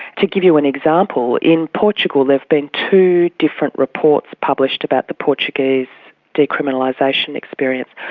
to give you an example, in portugal there've been two different reports published about the portuguese decriminalisation experience.